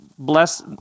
Bless